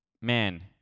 man